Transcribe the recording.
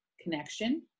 connection